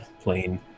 plane